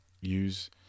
use